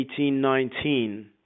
1819